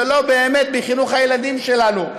זה לא באמת חינוך הילדים שלנו?